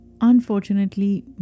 unfortunately